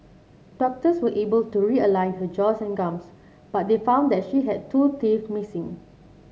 doctors were able to realign her jaws and gums but they found that she had two teeth missing